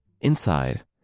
Inside